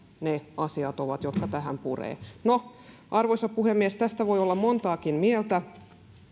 ne asiat ovat jotka tähän purevat no arvoisa puhemies tästä voi olla montaakin mieltä